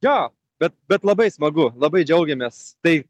jo bet bet labai smagu labai džiaugiamės tai